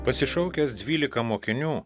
pasišaukęs dvylika mokinių